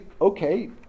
okay